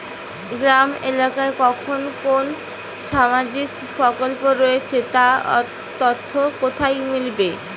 গ্রামের এলাকায় কখন কোন সামাজিক প্রকল্প রয়েছে তার তথ্য কোথায় মিলবে?